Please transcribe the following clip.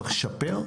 צריך לשפר,